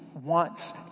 wants